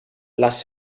les